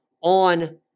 on